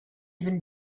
even